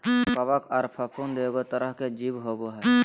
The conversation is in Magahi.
कवक आर फफूंद एगो तरह के जीव होबय हइ